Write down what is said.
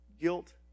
Guilt